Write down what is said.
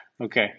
Okay